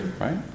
right